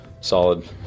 solid